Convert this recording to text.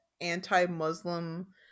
anti-Muslim